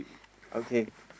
okay